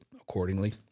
accordingly